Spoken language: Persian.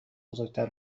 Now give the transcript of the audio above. بزرگتر